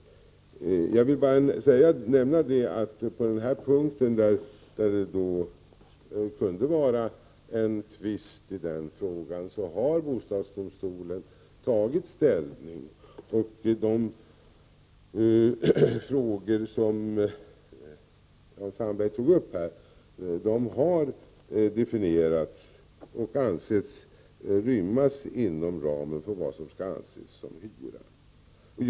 Jag kan bara nämna att i de fall där sådana tvister har uppstått har bostadsdomstolen tagit ställning. De saker som Jan Sandberg här berörde har definierats och ansetts rymmas inom ramen för vad som skall ingå i hyran.